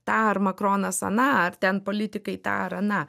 tą ar makronas aną ar ten politikai tą ar aną